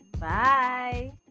Bye